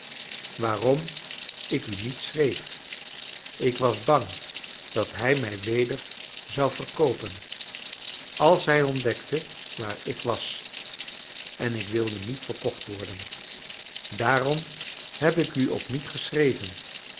waarom ik u niet schreef ik was bang dat hij mij weder zou verkoopen als hij ontdekte waar ik was en ik wilde niet verkocht worden daarom heb ik u ook niet geschreven